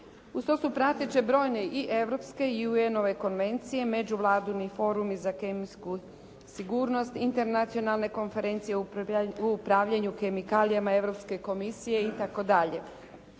Uz to su prateće brojne i europske i UN-ove konvencije, međuvladini forumi za kemijsku sigurnost, internacionalne konferencije u upravljanju kemikalijama Europske komisije itd.